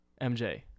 MJ